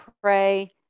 pray